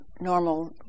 normal